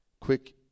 quick